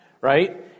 Right